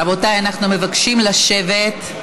רבותיי, אנחנו מבקשים לשבת.